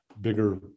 bigger